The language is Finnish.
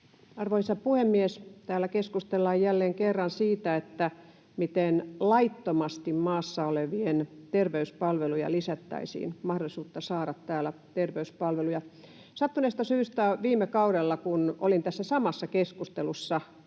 Arvoisa puhemies! Täällä keskustellaan jälleen kerran siitä, miten laittomasti maassa olevien terveyspalveluja lisättäisiin, mahdollisuutta saada täällä terveyspalveluja. Sattuneesta syystä viime kaudella, kun olin tässä samassa keskustelussa